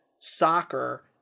soccer